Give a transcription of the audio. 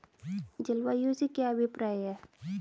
जलवायु से क्या अभिप्राय है?